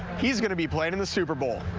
he's going to be played in the super bowl.